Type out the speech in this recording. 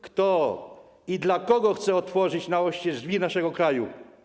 Kto i dla kogo chce otworzyć na oścież drzwi naszego kraju?